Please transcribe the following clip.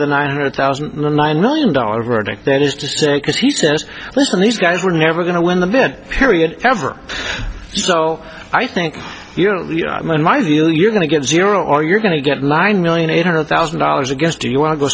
the nine hundred thousand nine million dollars verdict that is to say because he says these guys were never going to win the bid period ever so i think you know in my view you're going to get zero or you're going to get mine million eight hundred thousand dollars i guess do you want to go